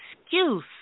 excuse